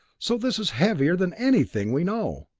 so this is heavier than anything we know.